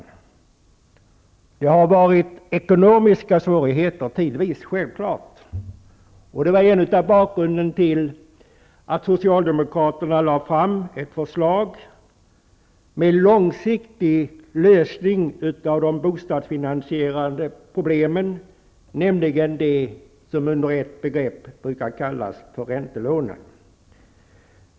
Självfallet har det tidvis varit ekonomiska svårigheter, och det var en av orsakerna till att Socialdemokraterna lade fram ett förslag till långsiktig lösning på bostadsfinansieringens problem, nämligen vad som vad med ett begrepp brukar kallas räntelånen.